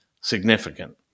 significant